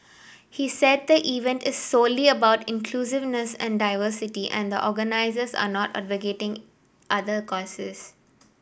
he said the event is solely about inclusiveness and diversity and the organisers are not advocating other causes